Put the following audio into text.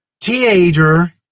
teenager